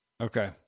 Okay